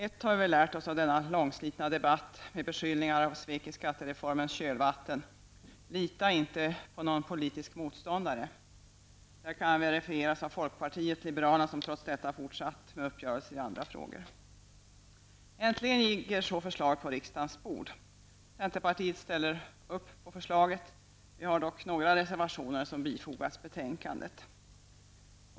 Ett har vi väl lärt oss av denna långslitna debatt med beskyllningar om svek i skattereformens kölvatten: Lita inte på någon politisk motståndare. Detta kan verifieras av folkpartiet liberalerna som trots detta fortsatt med uppgörelser i andra frågor. Äntligen ligger förslaget på riksdagens bord. Centerpartiet ställer sig bakom förslaget, men vi har dock några reservationer som bifogats betänkandet.